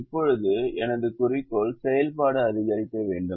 இப்போது எனது குறிக்கோள் செயல்பாடு அதிகரிக்க வேண்டும்